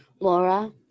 Laura